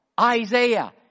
Isaiah